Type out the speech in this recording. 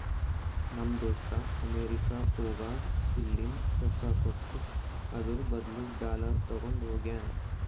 ನಮ್ ದೋಸ್ತ ಅಮೆರಿಕಾ ಹೋಗಾಗ್ ಇಲ್ಲಿಂದ್ ರೊಕ್ಕಾ ಕೊಟ್ಟು ಅದುರ್ ಬದ್ಲು ಡಾಲರ್ ತಗೊಂಡ್ ಹೋಗ್ಯಾನ್